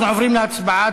אנחנו עוברים להצבעה.